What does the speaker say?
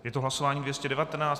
Je to hlasování 219.